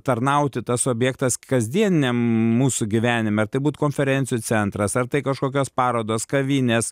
tarnauti tas objektas kasdieniniam mūsų gyvenime ar tai būt konferencijų centras ar tai kažkokios parodos kavinės